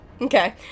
Okay